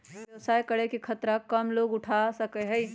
व्यवसाय करे के खतरा कम लोग उठा सकै छै